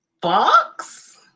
box